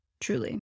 truly